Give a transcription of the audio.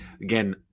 Again